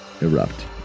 erupt